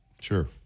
Sure